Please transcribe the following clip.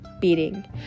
beating